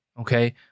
okay